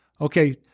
Okay